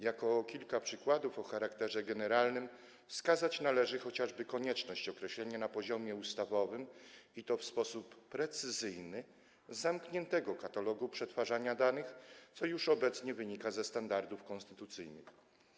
Jako kilka przykładów o charakterze generalnym wskazać należy chociażby konieczność określenia na poziomie ustawowym, i to w sposób precyzyjny, zamkniętego katalogu przetwarzanych danych, co już obecnie wynika ze standardów konstytucyjnych.